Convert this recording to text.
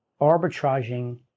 arbitraging